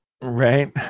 Right